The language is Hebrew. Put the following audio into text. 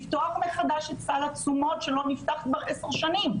לפתוח מחדש את סל התשומות שלא נפתח כבר עשר שנים.